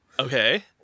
Okay